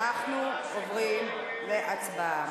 אנחנו עוברים להצבעה.